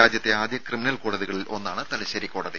രാജ്യത്തെ ആദ്യ ക്രിമിനൽ കോടതികളിൽ ഒന്നാണ് തലശേരി കോടതി